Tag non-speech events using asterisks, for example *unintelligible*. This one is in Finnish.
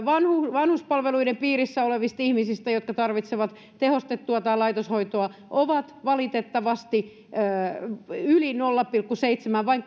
vanhuspalveluiden piirissä olevista ihmisistämme jotka tarvitsevat tehostettua tai laitoshoitoa ovat valitettavasti sen alapuolella yli nolla pilkku seitsemän toteutuu vain *unintelligible*